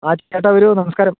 ആ ചേട്ടാ വരൂ നമസ്കാരം